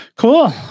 Cool